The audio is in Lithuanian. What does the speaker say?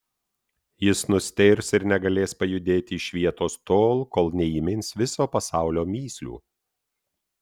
jis nustėrs ir negalės pajudėti iš vietos tol kol neįmins viso pasaulio mįslių